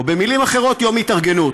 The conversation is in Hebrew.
או במילים אחרות, יום התארגנות,